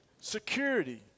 security